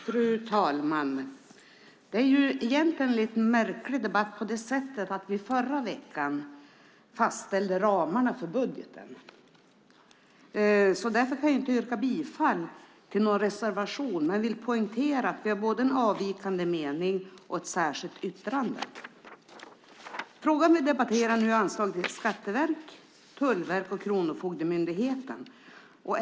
Fru talman! Det är egentligen en lite märklig debatt på det sättet att vi förra veckan fastställde ramarna för budgeten. Därför kan jag inte yrka bifall till någon reservation. Men jag vill poängtera att vi har både en avvikande mening och ett särskilt yttrande. Frågan vi debatterar nu gäller anslag till skatteverk, tullverk och Kronofogdemyndigheten.